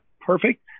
perfect